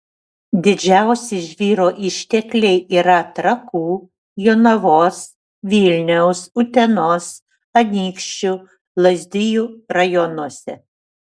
didžiausi žvyro ištekliai yra trakų jonavos vilniaus utenos anykščių lazdijų rajonuose